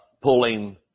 pulling